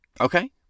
Okay